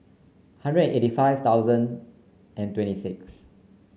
hundred eighty five thousand and twenty six